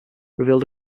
revealed